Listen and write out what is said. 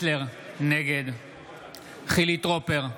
נגד חילי טרופר,